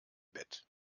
bett